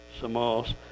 Samos